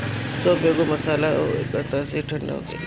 सौंफ एगो मसाला हअ एकर तासीर ठंडा होखेला